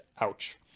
Ouch